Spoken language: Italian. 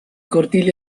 cortili